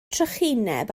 trychineb